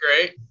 great